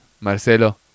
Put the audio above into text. Marcelo